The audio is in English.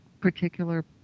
particular